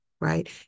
right